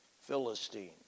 Philistine